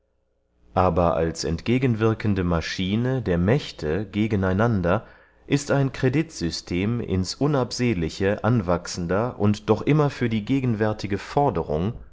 aber als entgegenwirkende maschine der mächte gegen einander ist ein creditsystem ins unabsehliche anwachsender und doch immer für die gegenwärtige forderung